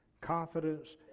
Confidence